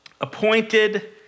appointed